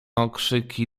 okrzyki